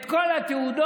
את כל התעודות,